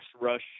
rush